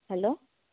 hello